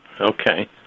Okay